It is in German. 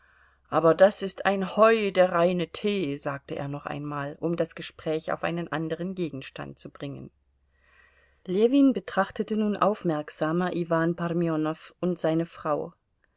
aber das ist ein heu der reine tee sagte er noch einmal um das gespräch auf einen anderen gegenstand zu bringen ljewin betrachtete nun aufmerksamer iwan parmenow und seine frau